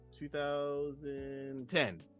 2010